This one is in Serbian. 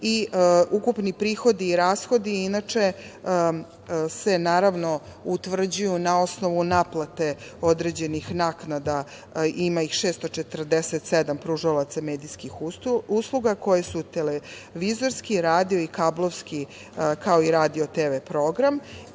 Ukupni prihodi i rashodi se utvrđuju na osnovu naplate određenih naknada. Ima ih 647 pružalaca medijskih usluga koje su televizorski, radio i kablovski, kao i radio TV program. Kada